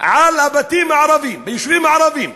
על הבתים הערביים ביישובים הערביים?